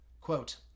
Quote